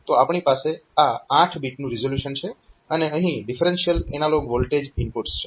તો આપણી પાસે આ 8 બીટનું રીઝોલ્યુશન છે અને અહીં ડિફરેન્શિયલ એનાલોગ વોલ્ટેજ ઇનપુટ્સ છે